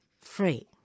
free